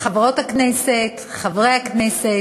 חברות הכנסת, חברי הכנסת,